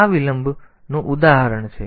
આગળ તેથી આ લાંબા વિલંબનું ઉદાહરણ છે